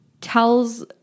tells